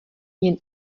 jen